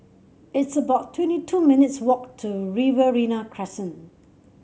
it's about twenty two minutes' walk to Riverina Crescent